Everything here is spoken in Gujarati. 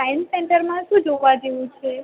સાયંસ સેન્ટરમાં શું જોવા જેવું છે